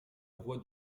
voie